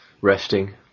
resting